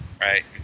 right